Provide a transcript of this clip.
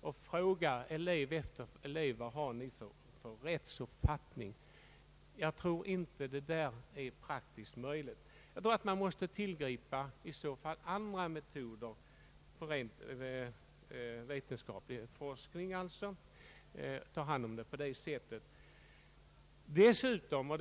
och fråga elev efter elev vad han har för rättsuppfattning? Jag tror inte att det är praktiskt möjligt. Man måste nog tillgripa andra metoder, d.v.s. göra detta till föremål för rent vetenskaplig forskning.